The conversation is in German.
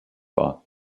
war